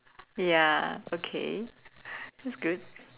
ya okay that's good